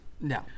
No